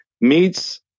meets